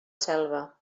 selva